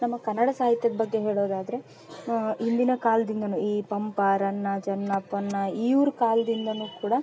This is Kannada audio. ನಮ್ಮ ಕನಡ ಸಾಹಿತ್ಯದ ಬಗ್ಗೆ ಹೇಳೋದಾದರೆ ಹಿಂದಿನ ಕಾಲ್ದಿಂದಲೂ ಈ ಪಂಪ ರನ್ನ ಜನ್ನ ಪೊನ್ನ ಇವ್ರ ಕಾಲ್ದಿಂದಲೂ ಕೂಡ